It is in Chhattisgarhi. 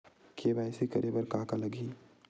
के.वाई.सी करे बर का का लगही?